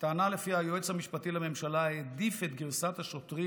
הטענה שלפיה היועץ המשפטי לממשלה העדיף את גרסת השוטרים